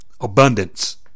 abundance